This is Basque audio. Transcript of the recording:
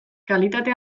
kalitate